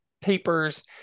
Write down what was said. papers